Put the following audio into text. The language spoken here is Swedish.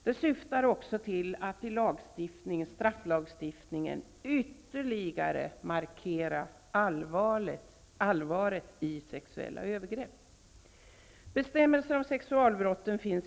De syftar också till att i strafflagstiftningen ytterligare markera allvaret i sexuella övergrepp. 1984.